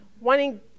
wanting